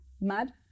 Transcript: mad